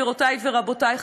גבירותי ורבותי,